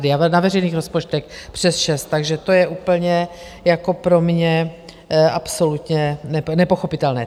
Ale na veřejných rozpočtech přes šest, takže to je úplně pro mě absolutně nepochopitelné.